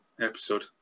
episode